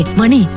money